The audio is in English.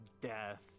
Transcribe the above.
death